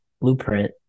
blueprint